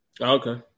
Okay